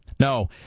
No